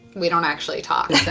we don't actually talk.